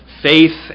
faith